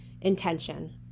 intention